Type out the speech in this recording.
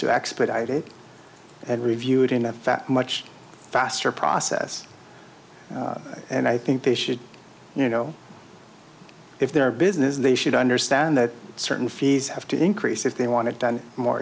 to expedite it and review it enough that much faster process and i think they should you know if they're business they should understand that certain fees have to increase if they want it done more